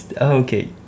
okay